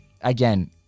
again